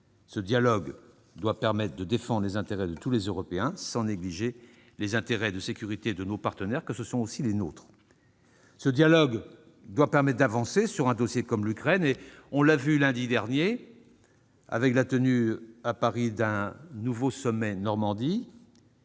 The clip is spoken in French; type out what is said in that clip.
Ce dialogue doit permettre de défendre les intérêts de tous les Européens, sans négliger les intérêts de sécurité de nos partenaires, car ce sont aussi les nôtres. Ce dialogue doit permettre d'avancer sur un dossier comme celui de l'Ukraine. Nous l'avons vu lundi dernier, avec la tenue à Paris d'un nouveau sommet au